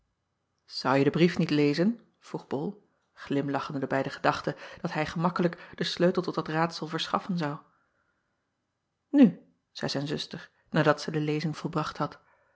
ouje den brief niet lezen vroeg ol glimlachende bij de gedachte dat hij gemakkelijk den sleutel tot dat raadsel verschaffen zou u zeî zijn zuster nadat zij de lezing volbracht had